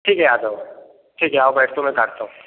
ठीक है आ जाओ ठीक है आओ बैठो मैं काटता हूँ